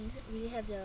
mmhmm will you have their